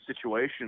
situation